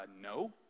No